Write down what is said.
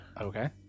Okay